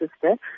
sister